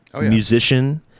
musician